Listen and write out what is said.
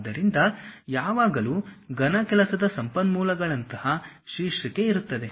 ಆದ್ದರಿಂದ ಯಾವಾಗಲೂ ಘನ ಕೆಲಸದ ಸಂಪನ್ಮೂಲಗಳಂತಹ ಶೀರ್ಷಿಕೆ ಇರುತ್ತದೆ